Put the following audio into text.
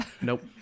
Nope